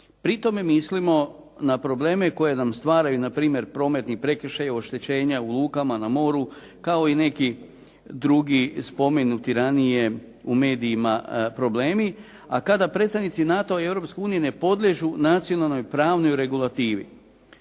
Pri tome mislimo na probleme koji nam stvaraju npr. prometni prekršaji, oštećenja u lukama, na moru, kao i neki drugi spomenuti ranije u medijima problemi, a kada predstavnici NATO-a i Europske unije ne podliježu nacionalnoj pravnoj regulativi.